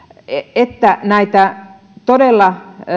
että näitä todella